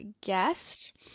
guest